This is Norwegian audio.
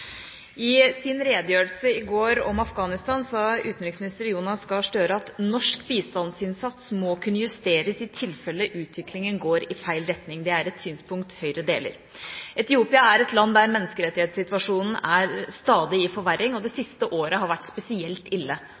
I sin redegjørelse i går om Afghanistan sa utenriksminister Jonas Gahr Støre: «Norsk bistandsinnsats må kunne justeres i tilfelle utviklingen går i feil retning.» Det er et synspunkt Høyre deler. Etiopia er et land hvor menneskerettighetssituasjonen stadig forverres, og det siste året har vært spesielt ille.